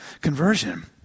Conversion